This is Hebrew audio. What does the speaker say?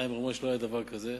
חיים רמון, שלא היה דבר כזה.